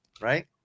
right